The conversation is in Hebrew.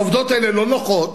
העובדות האלה לא נוחות.